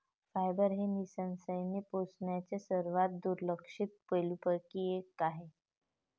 fibre हे निःसंशयपणे पोषणाच्या सर्वात दुर्लक्षित पैलूंपैकी एक आहे